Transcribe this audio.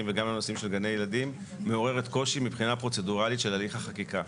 וגם לנושא של גני ילדים מעוררת קושי מבחינה פרוצדורלית של הליך החקיקה.